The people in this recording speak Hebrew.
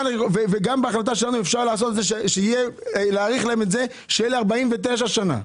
אפשר בהחלטה שלנו להאריך להם את זה ל-49 שנה.